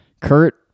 Kurt